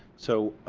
so,